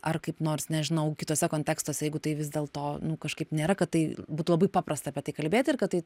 ar kaip nors nežinau kituose kontekstuose jeigu tai vis dėlto nu kažkaip nėra kad tai būtų labai paprasta apie tai kalbėti ir kad tai